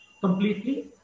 completely